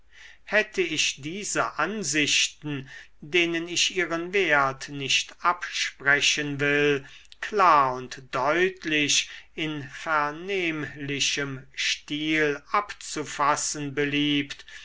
hätte ich diese ansichten denen ich ihren wert nicht absprechen will klar und deutlich in vernehmlichem stil abzufassen beliebt